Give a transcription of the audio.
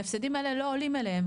ההפסדים האלה לא עולים אליהן.